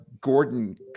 Gordon